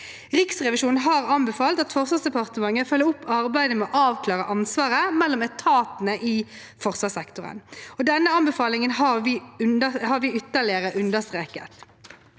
Riksrevisjonen har anbefalt at Forsvarsdepartementet følger opp arbeidet med å avklare ansvaret mellom etatene i forsvarssektoren. Denne anbefalingen har vi ytterligere understreket.